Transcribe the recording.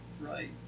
right